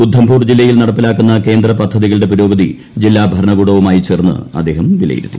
ഉദ്ധംപൂർ ജില്ലയിൽ നടപ്പിലാക്കുന്ന കേന്ദ്രപദ്ധതികളുടെ പുരോഗതി ജില്ലാ ഭരണകൂടവുമായി ചേർന്ന് അദ്ദേഹം വിലയിരുത്തി